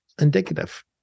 indicative